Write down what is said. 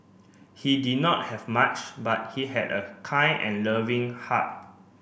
he did not have much but he had a kind and loving heart